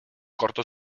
corto